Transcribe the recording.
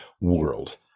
world